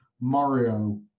Mario